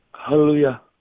Hallelujah